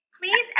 Please